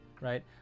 right